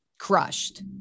crushed